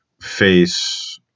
face